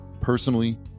personally